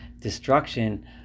destruction